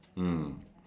mm